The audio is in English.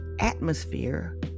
atmosphere